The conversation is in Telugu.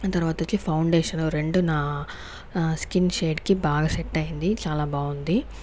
తరువాత వచ్చి ఫౌండేషన్ రెండు నా స్కిన్ షేడ్ కి బాగా సెట్ అయింది చాలా బాగుంది